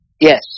Yes